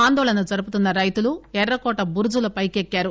ఆందోళన జరుపుతున్న రైతులు ఎర్రకోట బురుజులపైకి ఎక్కారు